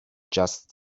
just